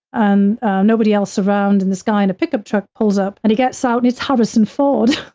and nobody else around and this guy in a pickup truck pulls up and he gets out and it's harrison ford.